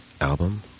album